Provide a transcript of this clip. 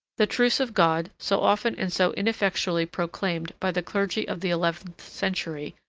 the truce of god, so often and so ineffectually proclaimed by the clergy of the eleventh century,